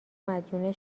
مدیون